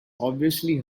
obviously